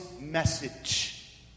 message